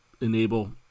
enable